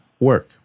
work